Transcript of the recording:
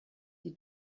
die